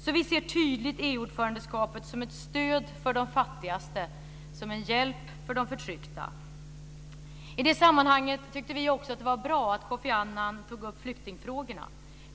Så vi ser tydligt EU ordförandeskapet som ett stöd för de fattigaste, som en hjälp för de förtryckta. I det sammanhanget tyckte vi också att det vara bra att Kofi Annan tog upp flyktingfrågorna.